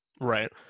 right